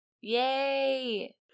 Yay